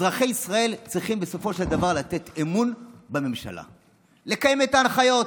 אזרחי ישראל צריכים בסופו של דבר לתת אמון בממשלה כדי לקיים את ההנחיות.